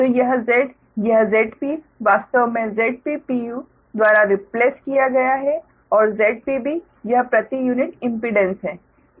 तो यह Z यह Zp वास्तव में Zp द्वारा रिप्लेस किया गया है और ZpB यह प्रति यूनिट इम्पीडेंस है